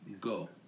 go